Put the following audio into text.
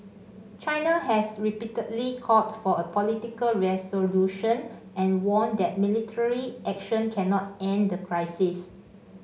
China has repeatedly called for a political resolution and warned that military action cannot end the crisis